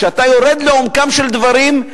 כשאתה יורד לעומקם של דברים,